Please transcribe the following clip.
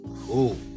Cool